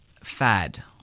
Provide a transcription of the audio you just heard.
fad